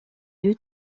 deux